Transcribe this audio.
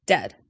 Dead